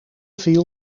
viel